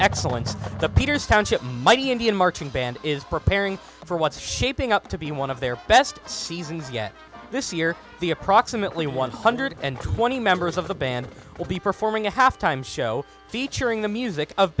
excellence the peters township mighty indian marching band is preparing for what's shaping up to be one of their best seasons yet this year the approximately one hundred and twenty members of the band will be performing a halftime show featuring the music of